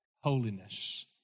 holiness